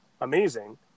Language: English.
amazing